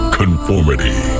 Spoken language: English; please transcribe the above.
conformity